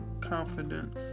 confidence